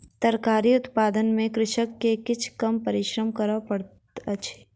तरकारी उत्पादन में कृषक के किछ कम परिश्रम कर पड़ैत अछि